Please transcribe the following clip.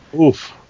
Oof